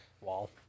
wall